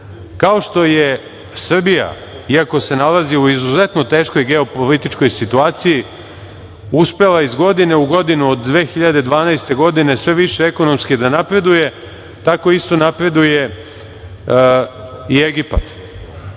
Kao što je Srbija, iako se nalazi u izuzetno teškoj geopolitičkoj situaciji, uspela iz godine u godinu od 2012. godine sve više ekonomski da napreduje tako isto napreduje i Egipat.